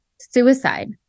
Suicide